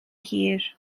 hir